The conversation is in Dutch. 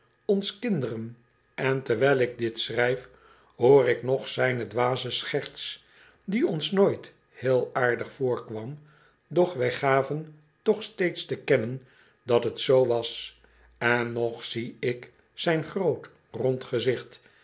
ons kinderen en terwijl ik dit schrijf hoor ik nog zijne dwaze scherts die ons nooit heel aardig voorkwam doch wij gaven toch steeds te kennen dat t zoo was en nog zie ik zijn groot rond